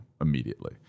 immediately